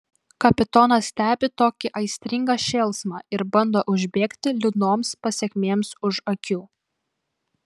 kapitonas stebi tokį aistringą šėlsmą ir bando užbėgti liūdnoms pasekmėms už akių